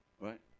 right